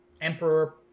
emperor